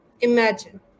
imagine